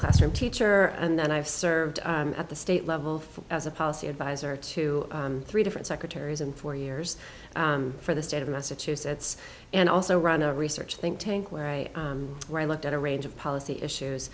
classroom teacher and i've served at the state level as a policy advisor to three different secretaries in four years for the state of massachusetts and also run a research think tank where i where i looked at a range of policy issues